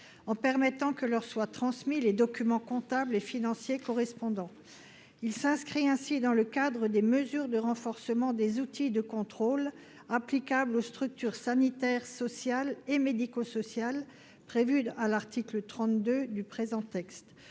en permettant que leur soit transmis les documents comptables et financiers correspondants, il s'inscrit ainsi dans le cadre des mesures de renforcement des outils de contrôle applicable aux structures sanitaires, sociales et médico-social prévu à l'article 32 du présent texte